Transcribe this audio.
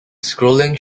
scrolling